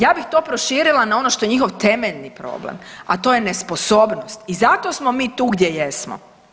Ja bih to proširila na ono što je njihov temeljni problem, a to je nesposobnost i zato smo mi tu gdje jesmo.